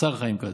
השר חיים כץ.